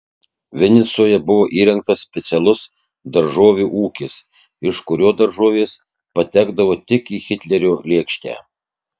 vinicoje buvo įrengtas specialus daržovių ūkis iš kurio daržovės patekdavo tik į hitlerio lėkštę